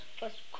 first